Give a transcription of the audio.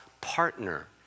partner